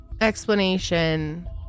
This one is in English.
Explanation